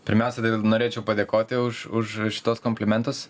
pirmiausia tai norėčiau padėkoti už už šituos komplimentus